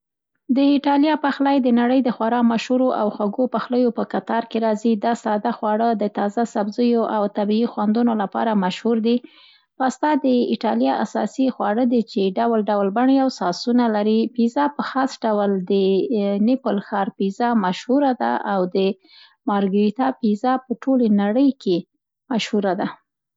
د ایټالیا پخلی د نړۍ د خورا مشهورو او خوږو پخلیو په کتار کې راځي. دا ساده خواړه د تازه سبزیو او طبیعي خوندونو لپاره مشهور دي. پاستا د ایټالیا اساسي خواړه دي چي ډول ډول بڼې او ساسونه لري. پیزا په خاص ډول د نیپل ښار پیزا مشهوره ده او د مارګریټا پیزا په ټولې نړۍ کې مشهوره ده.